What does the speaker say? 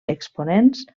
exponents